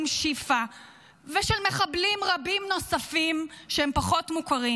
שיפא ושל מחבלים רבים נוספים שהם פחות מוכרים,